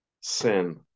sin